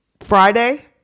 Friday